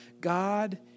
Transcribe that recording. God